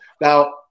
now